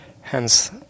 Hence